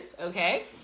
Okay